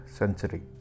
century